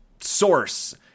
source